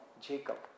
Jacob